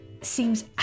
seems